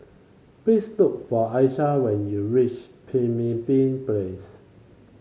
please look for Aisha when you reach Pemimpin Place